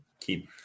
keep